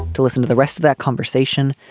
to listen to the rest of that conversation,